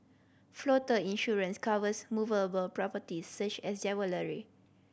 floater insurance covers movable properties such as